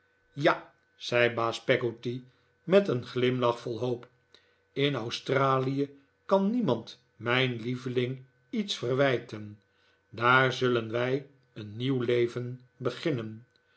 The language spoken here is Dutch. ja zei baas peggotty met een glimlach vol hoop in australie kan niemand mijn lieveling iets verwijten daar zullen wij een nieuw leven beginnen